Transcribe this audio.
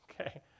okay